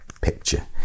picture